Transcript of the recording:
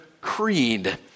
creed